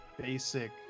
basic